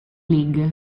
league